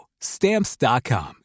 Stamps.com